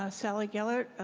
ah shall i gellert,